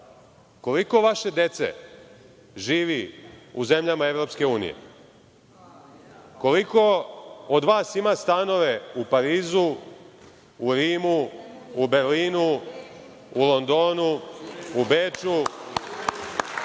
koliko vaše dece živi u zemljama EU? Koliko od vas ima stanove u Parizu, u Rimu, u Berlinu, u Londonu, u Beču?